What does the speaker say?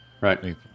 right